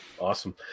awesome